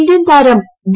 Indian താരം V